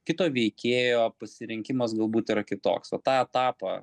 kito veikėjo pasirinkimas galbūt yra kitoks o tą etapą